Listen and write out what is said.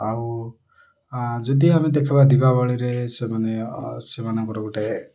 ଆଉ ଯଦି ଆମେ ଦେଖବା ଦୀପାବଳୀରେ ସେମାନେ ସେମାନଙ୍କର ଗୋଟେ